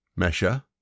Mesha